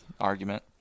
argument